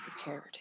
prepared